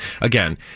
Again